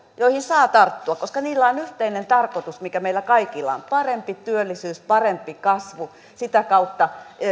joihin saa tarttua koska niillä on yhteinen tarkoitus mikä meillä kaikilla on parempi työllisyys parempi kasvu sitä kautta